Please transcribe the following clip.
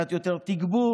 קצת יותר תגבור,